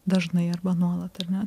dažnai arba nuolat ar ne